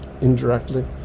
indirectly